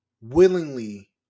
willingly